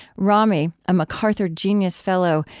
rami, a macarthur genius fellow,